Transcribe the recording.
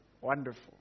wonderful